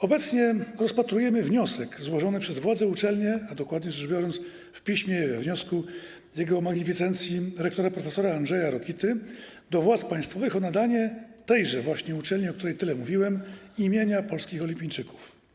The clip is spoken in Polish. Obecnie rozpatrujemy wniosek złożony przez władze uczelni, a dokładnie rzecz biorąc - jego magnificencji rektora prof. Andrzeja Rokity, do władz państwowych o nadanie tejże właśnie uczelni, o której tyle mówiłem, imienia Polskich Olimpijczyków.